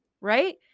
right